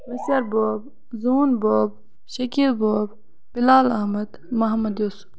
بوبہٕ زوٗن بوبہٕ شٔکیٖل بوبہٕ بِلال احمد محمد یوٗسُف